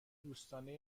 دوستانه